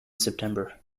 september